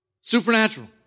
supernatural